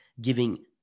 giving